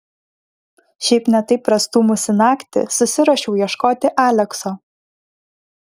šiaip ne taip prastūmusi naktį susiruošiau ieškoti alekso